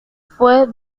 fue